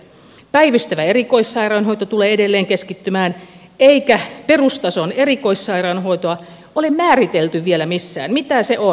päivystävä erikoissairaanhoito tulee edelleen keskittymään eikä perustason erikoissairaanhoitoa ole määritelty vielä missään mitä se on